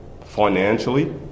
financially